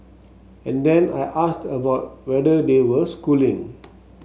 and then I asked about whether they were schooling